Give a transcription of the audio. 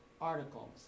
articles